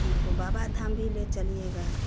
हमको बाबा धाम भी ले चलिएगा